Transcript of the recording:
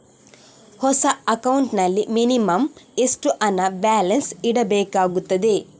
ಹೊಸ ಅಕೌಂಟ್ ನಲ್ಲಿ ಮಿನಿಮಂ ಎಷ್ಟು ಹಣ ಬ್ಯಾಲೆನ್ಸ್ ಇಡಬೇಕಾಗುತ್ತದೆ?